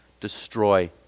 destroy